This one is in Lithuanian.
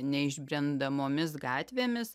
neišbrendamomis gatvėmis